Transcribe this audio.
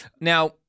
Now